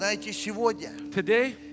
today